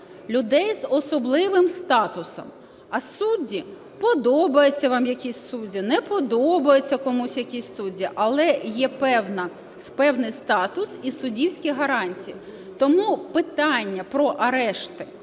людей з особливим статусом, а судді, подобаються вам якісь судді, не подобаються комусь якісь судді, але є певний статус і суддівські гарантії. Тому питання про арешти